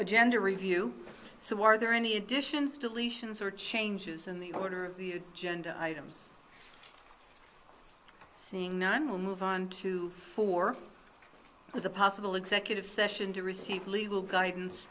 agenda review so are there any additions deletions or changes in the order of the gender items seeing none will move on to for the possible executive session to receive legal guidance